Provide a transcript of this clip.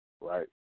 right